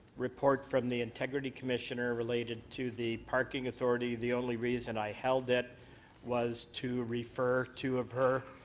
report from the integrity commissioner related to the parking authority, the only reason i held it was to refer two of her